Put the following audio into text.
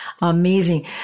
amazing